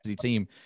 team